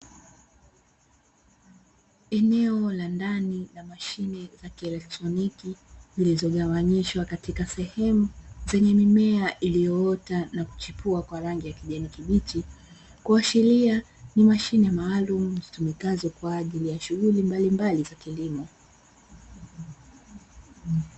Eneo la ndani la mashine za kielektroniki zilizomiminishwa katika sehemu zenye mimea iliyoota na kuchipua kwa rangi ya kijani kibichi, kuashiria ni mashine maalumu zitumikazo kwa ajili ya shughuli mbalimbali za kilimo.